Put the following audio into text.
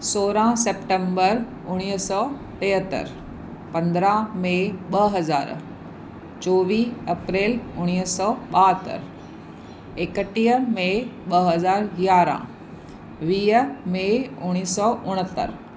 सोरहं सेप्टेंबर उणिवीह सौ टेहतरि पंद्रहं मे ॿ हज़ार चोवीह अप्रेल उणिवींह सौ ॿाहतरि इकटीह मे ॿ हज़ार यारहं वीह मे उणवीह सौ उणहतरि